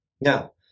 Now